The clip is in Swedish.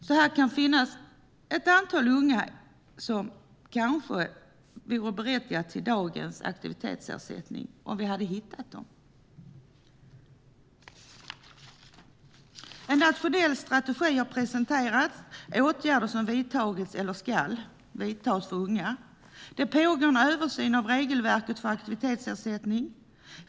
Här kan det finnas ett antal unga som kanske vore berättigade till dagens aktivitetsersättning om vi hade hittat dem. En nationell strategi har presenterats när det gäller åtgärder som har vidtagits eller ska vidtas för unga. Det pågår en översyn av regelverket för aktivitetsersättning.